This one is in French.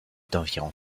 d’environ